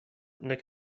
نوک